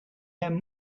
and